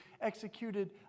executed